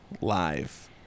Live